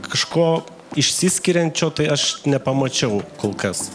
kažko išsiskiriančio tai aš nepamačiau kol kas